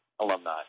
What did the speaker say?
alumni